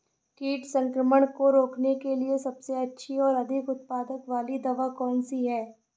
कीट संक्रमण को रोकने के लिए सबसे अच्छी और अधिक उत्पाद वाली दवा कौन सी है?